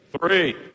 three